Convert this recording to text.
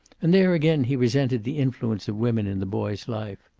and there again he resented the influence of women in the boy's life.